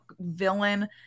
villain